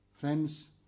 Friends